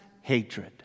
hatred